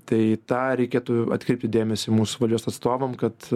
tai tą reikėtų atkreipti dėmesį mūsų valdžios atstovam kad